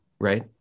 right